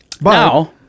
now